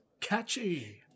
Catchy